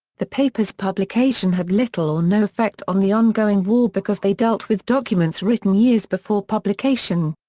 the papers' publication had little or no effect on the ongoing war because they dealt with documents written years before publication.